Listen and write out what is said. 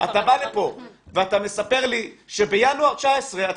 אתה בא לפה ואתה מספר לי שבינואר 19' אתה